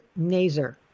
Naser